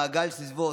המעגל שסביבו,